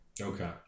Okay